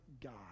God